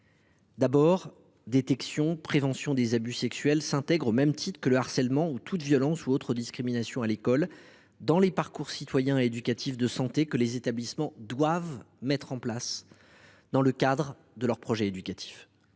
d’abord, la détection et la prévention des abus sexuels s’intègrent au même titre que le harcèlement ou toute violence ou toute discrimination à l’école dans les parcours citoyens et les parcours éducatifs de santé que les établissements doivent mettre en place dans le cadre de leur projet éducatif.